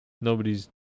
nobody's